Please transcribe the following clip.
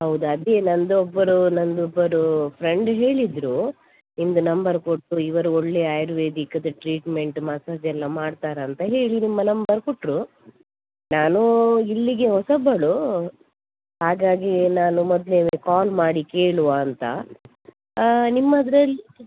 ಹೌದಾ ಅದೆ ನನ್ನದೊಬ್ಬರು ನನ್ನದೊಬ್ಬರು ಫ್ರೆಂಡ್ ಹೇಳಿದರೆ ನಿಮ್ಮದು ನಂಬರ್ ಕೊಟ್ಟರು ಇವರು ಒಳ್ಳೆ ಆಯುರ್ವೇದಿಕದ್ದು ಟ್ರೀಟ್ಮೆಂಟ್ ಮಸಾಜ್ ಎಲ್ಲ ಮಾಡ್ತಾರಂತ ಹೇಳಿ ನಿಮ್ಮ ನಂಬರ್ ಕೊಟ್ಟರು ನಾನು ಇಲ್ಲಿಗೆ ಹೊಸಬಳು ಹಾಗಾಗಿ ನಾನು ಮೊದಲೆ ಕಾಲ್ ಮಾಡಿ ಕೇಳುವ ಅಂತ ನಿಮ್ಮದ್ರಲ್ಲಿ